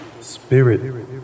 spirit